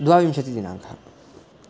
द्वाविंशतिदिनाङ्कः